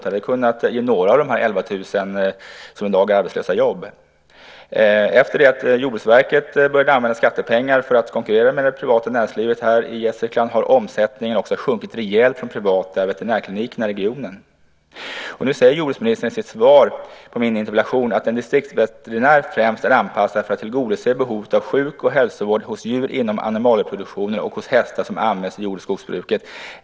Det hade kunnat ge några av de 11 000 som i dag är arbetslösa jobb. Efter det att Jordbruksverket börjat använda skattepengar för att konkurrera med det privata näringslivet i Gästrikland har omsättningen sjunkit rejält för de privata veterinärklinikerna i regionen. Nu säger jordbruksministern i sitt svar på min interpellation att distriktsveterinärorganisationen främst är anpassad för att tillgodose behovet av sjuk och hälsovård hos djur inom animalieproduktionen och hos hästar som används i jord och skogsbruket.